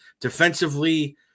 Defensively